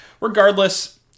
Regardless